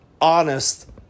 honest